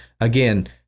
again